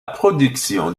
production